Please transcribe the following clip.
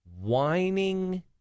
whining